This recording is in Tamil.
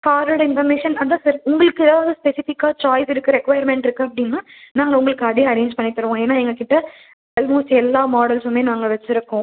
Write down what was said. காரோடய இன்ஃபர்மேஷன் அதான் சார் உங்களுக்கு எதாவது ஸ்பெசிபிக்காக சாய்ஸ் இருக்குது ரெக்கொயர்மெண்ட் இருக்குது அப்படின்னா நாங்கள் உங்களுக்கு அதையே அரேஞ்ச் பண்ணித்தருவோம் ஏன்னா எங்கக்கிட்ட அல்மோஸ்ட் எல்லா மாடல்ஸும் நாங்கள் வச்சுருக்கோம்